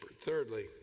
Thirdly